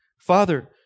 Father